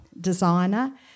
designer